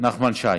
נחמן שי.